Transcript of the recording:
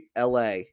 la